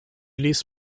ließ